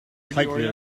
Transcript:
tightly